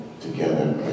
together